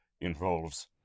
involves